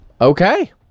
Okay